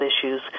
issues